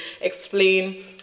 explain